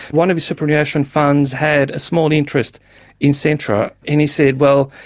one of his superannuation funds had a small interest in centro and he said, well,